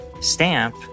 stamp